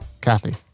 Kathy